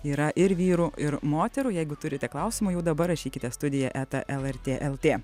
yra ir vyrų ir moterų jeigu turite klausimų jau dabar rašykite studija eta lrt lt